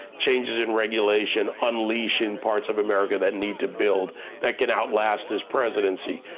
changes in regulation, unleashing parts of america that need to build that can outlast this presidency.